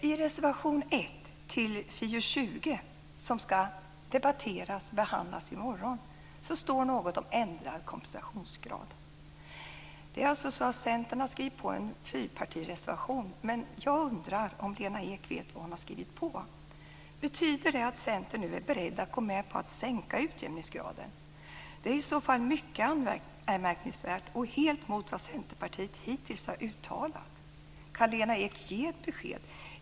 I reservation 1 till FiU20, som ska behandlas i morgon, står något om ändrad kompensationsgrad. Centern har här skrivit på en fyrpartireservation, men jag undrar om Lena Ek vet vad hon har skrivit på. Betyder detta att Centern nu är beredd att gå med på att sänka utjämningsgraden? Det är i så fall mycket anmärkningsvärt och helt emot vad Centerpartiet hittills har uttalat. Kan Lena Ek ge ett besked?